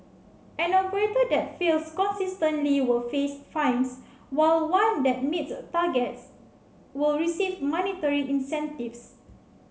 an operator that fails consistently will face fines while one that meets targets will receive monetary incentives